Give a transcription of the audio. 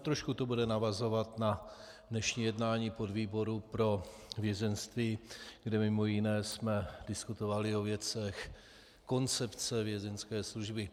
Trošku to bude navazovat na dnešní jednání podvýboru pro vězeňství, kde jsme mj. diskutovali o věcech koncepce Vězeňské služby.